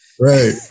right